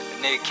Nigga